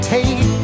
Take